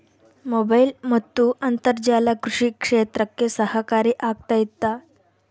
Mobile ಮತ್ತು ಅಂತರ್ಜಾಲ ಕೃಷಿ ಕ್ಷೇತ್ರಕ್ಕೆ ಸಹಕಾರಿ ಆಗ್ತೈತಾ?